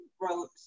wrote